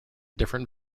different